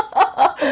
oh,